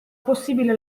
possibile